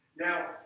Now